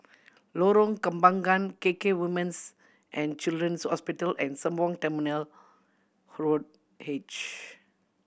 Lorong Kembangan K K Women's And Children's Hospital and Sembawang Terminal Road H